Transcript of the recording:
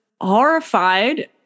horrified